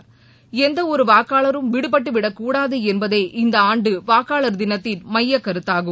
எந்த ஒரு வாக்களரும் விடுபட்டுவிடக் கூடாது என்பதே இந்த ஆண்டு வாக்காளர் தினத்தின் மையக்கருத்தாகும்